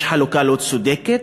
יש חלוקה לא צודקת,